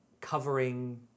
covering